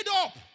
up